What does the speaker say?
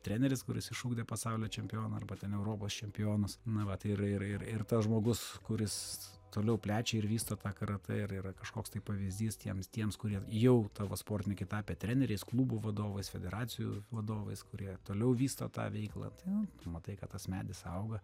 treneris kuris išugdė pasaulio čempioną arba ten europos čempionus na vat ir ir ir ir tas žmogus kuris toliau plečia ir vysto tą karatę ir yra kažkoks tai pavyzdys tiems tiems kurie jau tavo sportininkai tapę treneriais klubų vadovais federacijų vadovais kurie toliau vysto tą veiklą ten matai kad tas medis auga